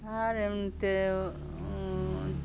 আর এমনিতে